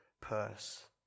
purse